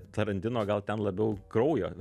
tarantino gal ten labiau kraujo